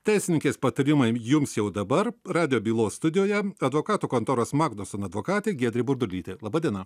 teisininkės patarimai jums jau dabar radijo bylos studijoje advokatų kontoros magnusson advokatė giedrė burdulytė laba diena